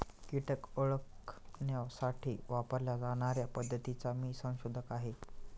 कीटक ओळखण्यासाठी वापरल्या जाणार्या पद्धतीचा मी संशोधक आहे